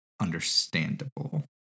understandable